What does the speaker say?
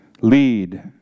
lead